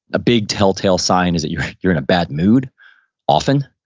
a big telltale sign is that you're you're in a bad mood often,